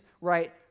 right